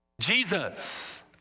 Jesus